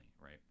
right